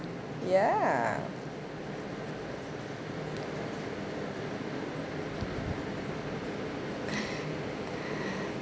ya